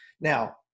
Now